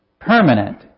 permanent